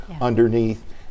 underneath